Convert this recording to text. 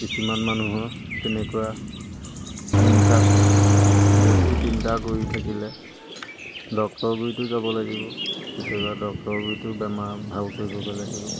কিছুমান মানুহৰ তেনেকুৱা চিন্তাত বেছি চিন্তা কৰি থাকিলে ডক্টৰ গুৰিটো যাব লাগিব কেতিয়াবা ডক্টৰ গুৰিটো বেমাৰ ভাল কৰিবগৈ লাগিব